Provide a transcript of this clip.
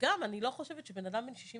וגם אני לא חושבת שבנאדם בן 65